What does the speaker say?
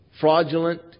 fraudulent